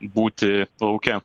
būti lauke